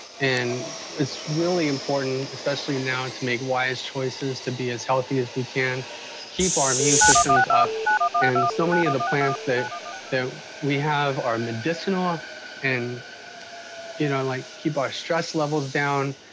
and it's really important especially and now and to make wise choices to be as healthy as we can keep our immune systems up and so many of the plants that that we have our medicinal and you know like keep our stress levels down